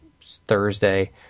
Thursday